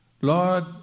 Lord